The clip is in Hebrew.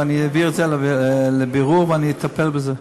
ואעביר את זה לבירור ואטפל בזה.